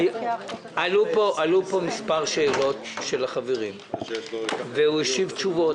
עלו פה מספר שאלות של החברים והוא השיב תשובות,